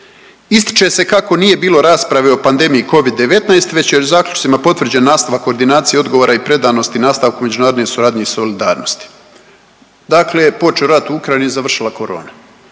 Ističe se kako nije bilo rasprave o pandemiji Covid-19 već je u zaključcima potvrđen nastavak koordinacije, odgovora i predanosti nastavku međunarodne suradnje i solidarnosti. Dakle, počeo rat u Ukrajini završila korona.